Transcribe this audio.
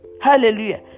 hallelujah